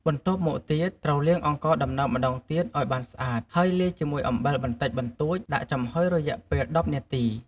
បន្ទាប់មកទៀតត្រូវលាងអង្ករដំណើបម្តងទៀតឲ្យបានស្អាត ហើយលាយជាមួយអំបិលបន្តិចរួចដាក់ចំហ៊ុយរយៈពេល ១០នាទី។